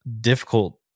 difficult